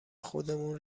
خودمون